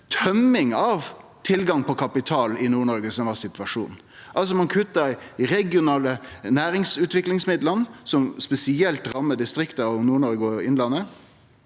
tømming av tilgang på kapital i Nord-Noreg som var situasjonen. Ein kutta i regionale næringsutviklingsmidlar, som spesielt rammar distrikta, Nord-Noreg og Innlandet.